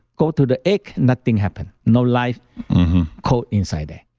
go to the egg, nothing happen, no life code inside there.